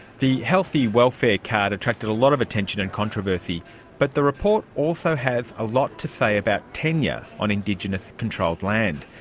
the healthy welfare card attracted a lot of attention and controversy but the report also has a lot to say about tenure on indigenous controlled land.